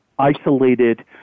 isolated